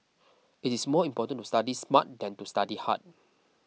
it is more important to study smart than to study hard